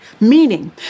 meaning